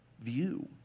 view